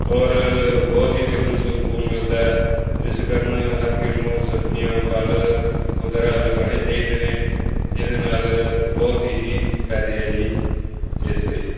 ਔਰ ਬਹੁਤ ਹੀ ਦਿਲ ਨੂੰ ਸਕੂਨ ਮਿਲਦਾ ਹੈ ਇਸ ਕਾਰਣ ਹਰ ਕਿਸੇ ਨੂੰ ਸਬਜ਼ੀਆਂ ਫੱਲ ਵਗੈਰਾ ਲਗਾਉਣੇ ਚਾਹੀਦੇ ਨੇ ਜਿਹਦੇ ਨਾਲ ਬਹੁਤ ਹੀ ਫ਼ਾਇਦੇ ਆ ਜੀ ਇਸ ਦੇ